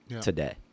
today